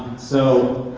so,